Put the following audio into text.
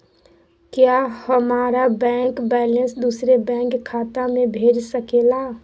क्या हमारा bank balance दूसरे बैंक खाता में भेज सके ला?